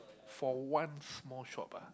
for one small shop ah